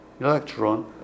electron